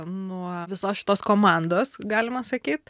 nuo visos šitos komandos galima sakyt